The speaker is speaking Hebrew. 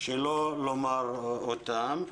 לא לומר אותן.